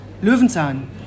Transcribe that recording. Löwenzahn